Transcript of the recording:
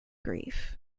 grief